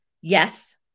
Yes